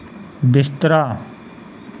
बिस्तरा